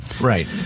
Right